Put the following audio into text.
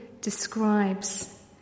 describes